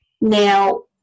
now